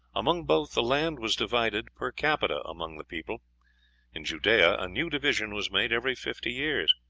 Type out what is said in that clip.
among both the land was divided per capita among the people in judea a new division was made every fifty years.